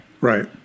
Right